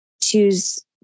choose